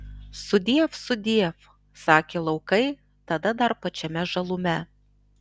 sudiev sudiev sakė laukai tada dar pačiame žalume